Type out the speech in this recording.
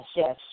yes